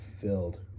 filled